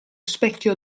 specchio